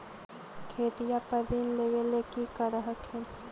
खेतिया पर ऋण लेबे ला की कर हखिन?